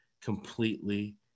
completely